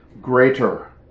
greater